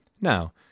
Now